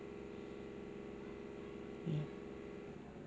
ya